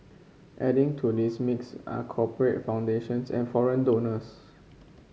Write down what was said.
adding to this mix are corporate foundations and foreign donors